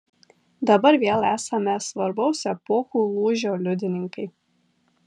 dabar vėl esame svarbaus epochų lūžio liudininkai